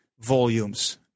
volumes